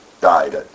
died